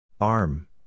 Arm